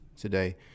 today